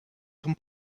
són